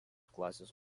klasės